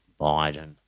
Biden